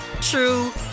true